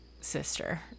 sister